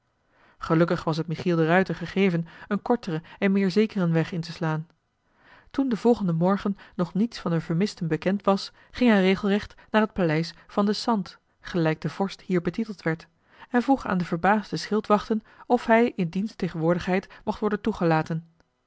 gelukkig was het michiel de ruijter gegeven een korteren en meer zekeren weg in te slaan toen den volgenden morgen nog niets van de vermisten bekend joh h been paddeltje de scheepsjongen van michiel de ruijter was ging hij regelrecht naar het paleis van den sant gelijk de vorst hier betiteld werd en vroeg aan de verbaasde schildwachten of hij in diens tegenwoordigheid mocht worden toegelaten